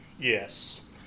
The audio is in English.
Yes